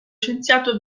scienziato